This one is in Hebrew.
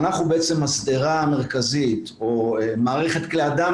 ואנחנו בעצם השדרה המרכזית או מערכת כלי הדם,